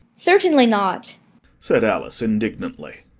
certainly not said alice indignantly.